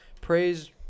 praise